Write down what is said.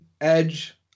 Edge